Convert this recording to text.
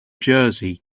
jersey